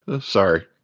Sorry